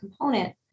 component